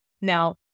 Now